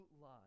lie